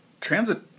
Transit